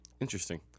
Interesting